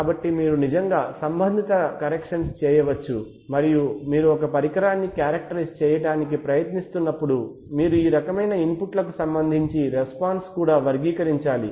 కాబట్టి మీరు నిజంగా సంబంధిత కరెక్షన్స్ చేయవచ్చు మరియు మీరు పరికరాన్ని కారెక్టరైజ్ చేయడానికి ప్రయత్నిస్తున్నప్పుడు మీరు ఈ రకమైన ఇన్పుట్లకు సంబంధించి రెస్పాన్స్ కూడా వర్గీకరించాలి